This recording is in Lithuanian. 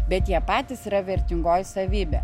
bet jie patys yra vertingoji savybė